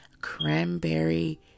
cranberry